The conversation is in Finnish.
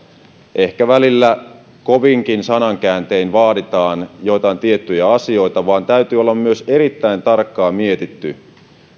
ehkä välillä kovinkin sanankääntein vaaditaan joitain tiettyjä asioita vaan täytyy olla myös erittäin tarkkaan mietitty